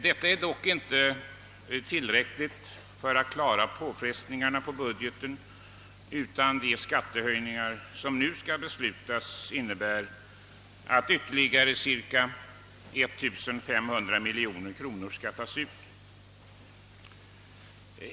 Detta är dock inte tillräckligt för att klara påfrestningarna på budgeten, utan de skattehöjningar som nu skall beslutas innebär att ytterligare cirka 1500 miljoner kronor skall tas ut.